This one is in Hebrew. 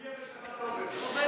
יוליה בשבת לא עובדת.